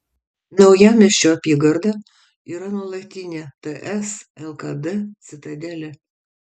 naujamiesčio apygarda yra nuolatinė ts lkd citadelė